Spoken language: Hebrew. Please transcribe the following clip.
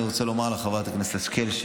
אני רוצה לומר לחברת הכנסת השכל: